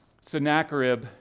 Sennacherib